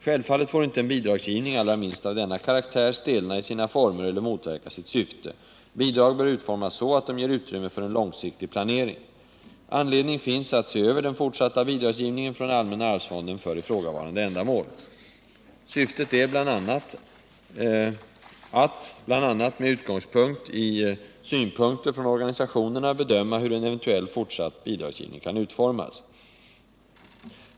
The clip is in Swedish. Självfallet får inte en bidragsgivning — allra minst av denna karaktär — stelna i sina former eller motverka sitt syfte. Bidrag bör utformas så att de ger utrymme för en långsiktig planering. Anledning finns att se över den fortsatta bidragsgivningen från allmänna arvsfonden för ifrågavarande ändamål. Syftet är bl.a. att med utgångspunkt i synpunkter från organisationerna bedöma hur en eventuell fortsatt bidragsgivning kan utformas.